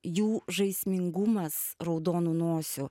jų žaismingumas raudonų nosių